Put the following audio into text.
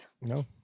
No